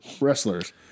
wrestlers